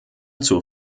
zur